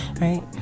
right